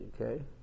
Okay